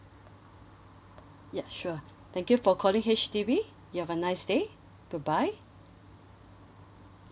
ya sure thank you for calling H_D_B you have a nice day goodbye